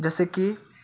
जसे की